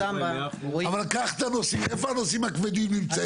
אבל קח את הנושאים, איפה הנושאים הכבדים נמצאים?